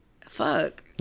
Fuck